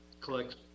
Collect